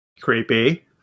creepy